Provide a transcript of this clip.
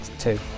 Two